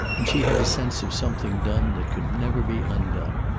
and she had a sense of something done that could never be undone.